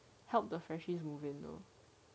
help the freshies move in though